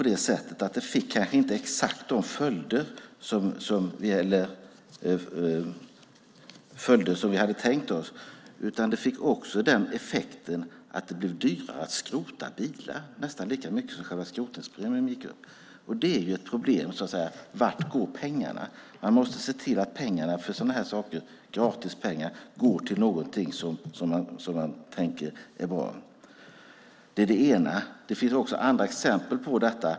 Dessvärre fick det inte exakt de följder som vi hade tänkt oss, utan det fick också den effekten att det blev dyrare att skrota bilar. Det handlade om nästan lika mycket pengar som skrotningspremien höjdes med. Det är ett problem vart pengarna går. Man måste se till pengarna så sådana här saker går till något bra. Det finns också andra exempel på detta.